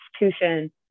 institution